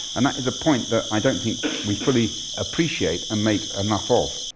and that is a point that i don't think we fully appreciate and make enough of.